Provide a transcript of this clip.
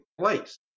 place